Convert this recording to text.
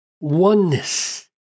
oneness